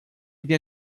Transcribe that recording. bien